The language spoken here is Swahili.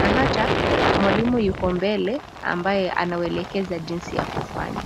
na hata mwalimu yuko mbele ambaye anawaelekeza jinsi ya kufanya.